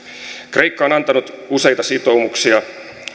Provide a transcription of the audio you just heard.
kreikka on antanut useita sitoumuksia